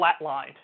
flatlined